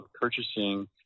purchasing